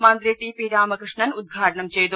മന്ത്രി T P Ramakrishnan ഉദ്ഘാടനം ചെയ്തു